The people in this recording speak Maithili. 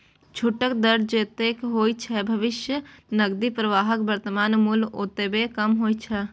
छूटक दर जतेक होइ छै, भविष्यक नकदी प्रवाहक वर्तमान मूल्य ओतबे कम होइ छै